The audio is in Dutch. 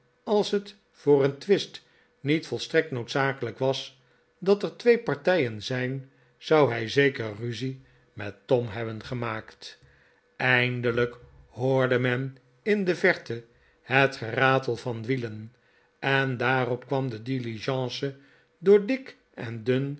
als het voor een twist niet volstrekt nopdzakelijk was dat er twee partijen zijn zou hij zeker ruzie met tom hebben gemaakt eindelijk hoorde men in de verte het geratel van wielen en daaro kwam de diligence door dik en dun